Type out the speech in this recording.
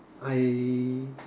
I